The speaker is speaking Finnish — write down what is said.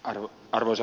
arvoisa puhemies